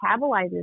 metabolizes